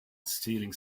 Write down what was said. stealing